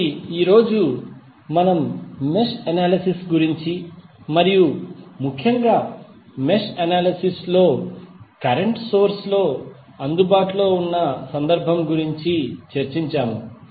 కాబట్టి ఈ రోజు మనం మెష్ అనాలిసిస్ గురించి మరియు ముఖ్యంగా మెష్ అనాలిసిస్ లో కరెంట్ సోర్స్ లు అందుబాటులో ఉన్న సందర్భం గురించి చర్చించాము